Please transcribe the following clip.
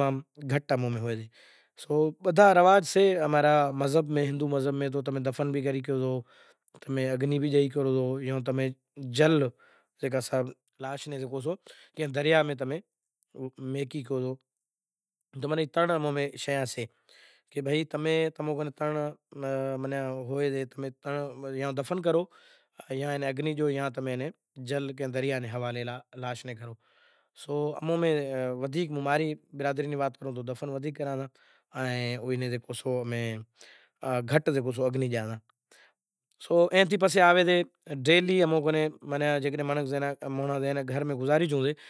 مانڑاں ناں مسئلا تو بدہا ئی سے ایم نتھی کہ مسئلا نتھی پنڑ